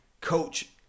coach